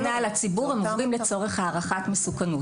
בחוק הגנה על הציבור הם עוברים לצורך הערכת מסוכנות.